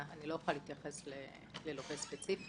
אני לא אוכל להתייחס ללווה ספציפי